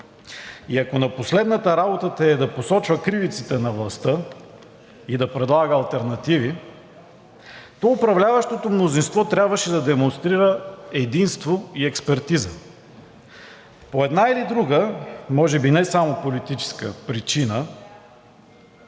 И ако на последната работата й е да посочва кривиците на властта и да предлага алтернативи, то управляващото мнозинство трябваше да демонстрира единство и експертиза. По една или друга, може би не само политическа, причина